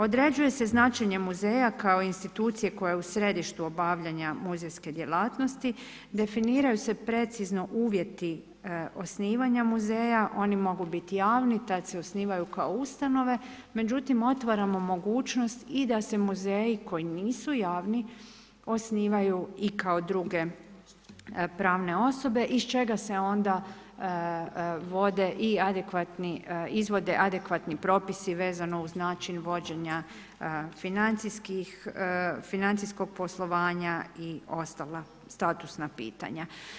Određuje se značenje muzeja kao institucije koja je u središtu obavljanja muzejske djelatnosti, definiraju se precizno uvjeti osnivanja muzeja, oni mogu biti javni, tad se osnivaju kao ustanove, međutim otvaramo mogućnost i da se muzeji koji nisu javni osnivaju i kao druge pravne osobe iz čega se onda vode i adekvatni, izvode adekvatni propisi vezano uz način vođenja financijskog poslovanja i ostala statusna pitanja.